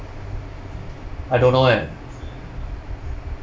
I don't know eh